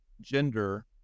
gender